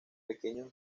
pequeños